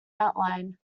outline